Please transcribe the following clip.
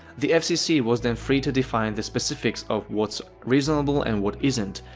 the fcc was then free to define the specifics of what's reasonable and what isn't,